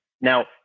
Now